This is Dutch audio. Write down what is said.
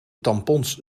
tampons